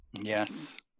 Yes